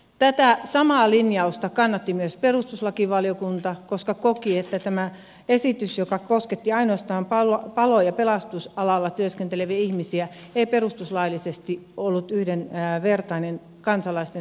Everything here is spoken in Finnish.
tätä samaa linjausta kannatti myös perustuslakivaliokunta koska koki että tämä esitys joka kosketti ainoastaan palo ja pelastusalalla työskenteleviä ihmisiä ei perustuslaillisesti ollut yhdenvertainen kansalaisten suhteen